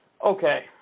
Okay